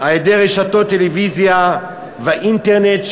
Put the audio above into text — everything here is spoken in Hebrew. על-ידי רשתות טלוויזיה והאינטרנט,